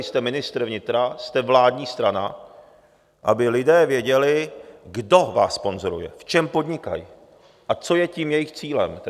Jste ministr vnitra, jste vládní strana, aby lidé věděli, kdo vás sponzoruje, v čem podnikají a co je tím jejich cílem tedy.